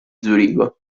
zurigo